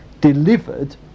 delivered